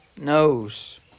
knows